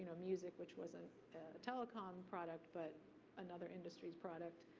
music, which wasn't a telecomm product, but another industry's product,